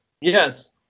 Yes